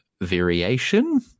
variation